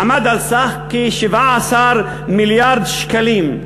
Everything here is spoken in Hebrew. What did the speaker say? עמד על סך כ-17 מיליארד שקלים,